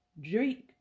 drink